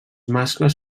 mascles